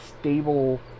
stable